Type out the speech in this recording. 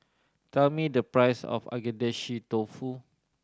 tell me the price of Agedashi Dofu